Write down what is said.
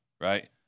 right